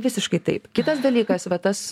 visiškai taip kitas dalykas va tas